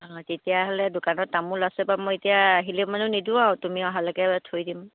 অ' তেতিয়াহ'লে দোকানত তামোল আছে বাৰু মই এতিয়া আহিলে মানে নিদো আৰু তুমি অহালৈকে থৈ দিম